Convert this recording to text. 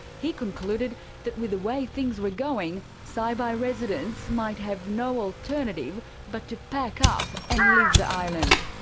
he concluded that with the way things were going, saibai residents might have no alternative but to pack up and leave the island.